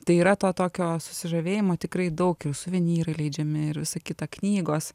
tai yra to tokio susižavėjimo tikrai daug suvenyrai leidžiami ir visa kita knygos